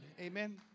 Amen